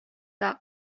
doc